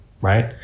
right